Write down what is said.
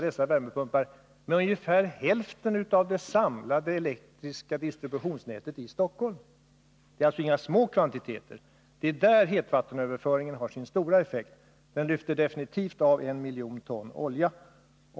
Dessa värmepumpar kräver ungefär ytterligare hälften av det i dag samlade elektriska distributionsnätet i Stockholm. Det är alltså inga små kvantiteter. Det är där hetvattenöverföringen har sin stora effekt — den lyfter definitivt av en miljon ton olja.